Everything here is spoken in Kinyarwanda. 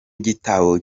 gitabo